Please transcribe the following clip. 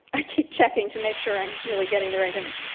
i keep checking to make sure i'm really getting the right image,